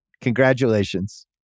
Congratulations